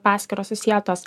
paskyros susietos